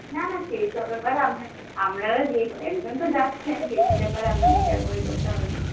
না না সেই সব ব্যাপারে আপনাকে আপনারা একজন তো যাচ্ছেন সেই সব ব্যাপারে আপনাদেরকে আর কোনো ইয়ে করতে হবে না